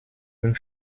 une